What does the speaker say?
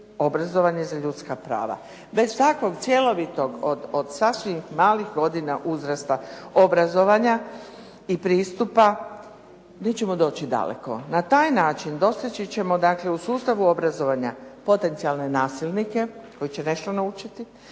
obrazovanje za ljudska prava. Bez takvog cjelovitog od sasvim malih godina uzrasta obrazovanja i pristupa mi ćemo doći daleko. Na taj način dostići ćemo dakle u sustavu obrazovanja potencijalne nasilnike koji će nešto naučiti,